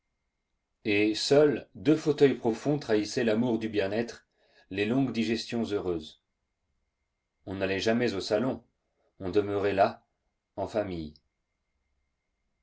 et seuls deux fauteuils profonds trahissaient l'amour du bien-être les longues digestions heureuses on n'allait jamais au salon on demeurait là en famille